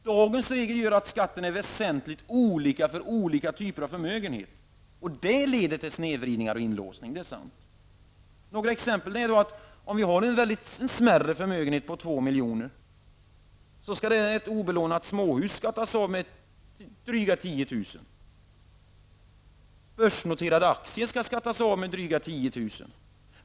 Dagens regler gör att det blir en väsentlig skillnad i skatt för olika typer av förmögenhet. Det leder till snedvridningar och inlåsningar, det är sant. Jag kan ta några exempel. Om jag har en smärre förmögenhet på 2 milj.kr. i form av ett obelånat småhus kommer det att beskattas med dryga 10 000 kr., och börsnoterade aktier kommer att beskattas med 10 000 kr.